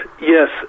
Yes